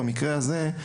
במקרה הזה,